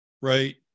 Right